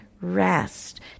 rest